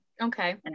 Okay